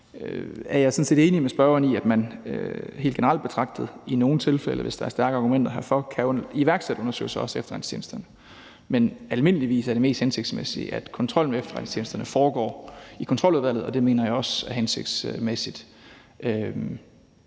er jeg sådan set enig med spørgeren i, at man helt generelt betragtet i nogle tilfælde, hvis der er stærke argumenter herfor, kan iværksætte undersøgelser, også af efterretningstjenesterne, men almindeligvis er det mest hensigtsmæssigt, at kontrollen med efterretningstjenesterne foregår i Kontroludvalget. Det mener jeg helt generelt er hensigtsmæssigt,